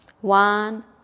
one